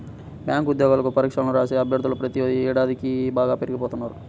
bank ఉద్యోగాలకు పరీక్షలను రాసే అభ్యర్థులు ప్రతి ఏడాదికీ బాగా పెరిగిపోతున్నారు